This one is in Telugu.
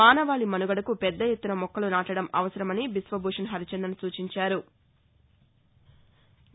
మానవాళి మనుగడకు పెద్ద ఎత్తున మొక్కలు నాటడం అవసరమని బీశ్వభూషణ్ హరిచందన్ సూచించారు